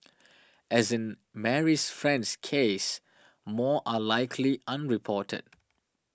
as in Marie's friend's case more are likely unreported